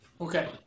Okay